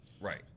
Right